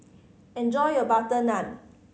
enjoy your butter naan